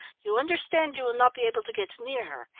you understand, you will not be able to get near her?